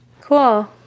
Cool